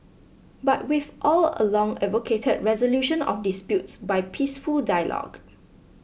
but we've all along advocated resolution of disputes by peaceful dialogue